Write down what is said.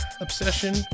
obsession